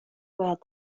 باید